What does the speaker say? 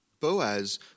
Boaz